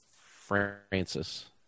Francis